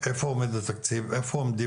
איפה עומד התקציב, איפה עומדים